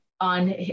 on